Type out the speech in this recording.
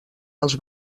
els